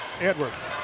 Edwards